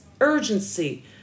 urgency